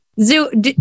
Zoo